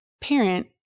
parent